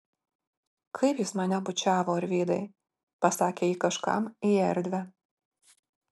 kaip jis mane bučiavo arvydai pasakė ji kažkam į erdvę